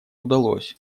удалось